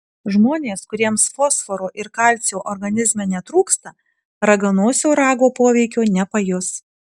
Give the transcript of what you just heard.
žmonės kuriems fosforo ir kalcio organizme netrūksta raganosio rago poveikio nepajus